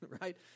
right